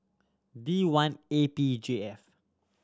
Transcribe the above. D one A P J F